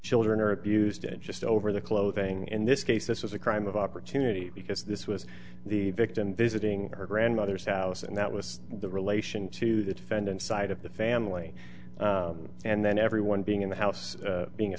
children are abused it just over the clothing in this case this was a crime of opportunity because this was the victim visiting her grandmother's house and that was the relation to the defendant's side of the family and then everyone being in the house being a